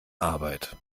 arbeit